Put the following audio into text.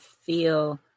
feel